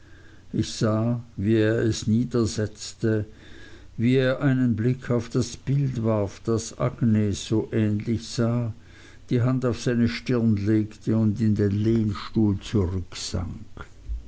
ich sah wie er es niedersetzte wie er einen blick auf das bild warf das agnes so ähnlich sah die hand auf seine stirne legte und in den lehnstuhl